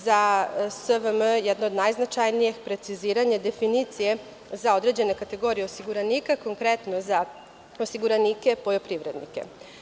Za SVM jedno od najznačajnijeg je preciziranje definicije za određene kategorije osiguranika, konkretno za osiguranike poljoprivrednike.